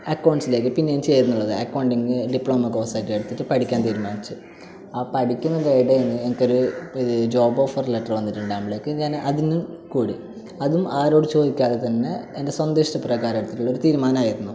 അക്കൌണ്ട്സിലേക്ക് പിന്നെയും ചേരുന്നത് accounting diploma course ആയിട്ട് എടുത്തിട്ട് പഠിക്കാൻ തീരുമാനിച്ചത് ആ പഠിക്കുന്നതിന്റെ ഇടയിൽ നിന്ന് എനിക്കൊരു ഇപ്പോൾ ഇത് ജോബ് ഓഫർ ലെറ്റർ വന്നിട്ടുണ്ടാവുമ്പോഴേക്ക് ഞാൻ അതിനും കൂടി അതും ആരോടും ചോദിക്കാതെ തന്നെ എൻ്റെ സ്വന്തം ഇഷ്ടപ്രകാരം എടുത്തിട്ടുള്ള ഒരു തീരുമാനമായിരുന്നു